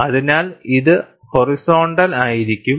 അതിനാൽ ഇത് ഹോറിസോൺണ്ടൽ ആയിരിക്കും